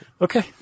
Okay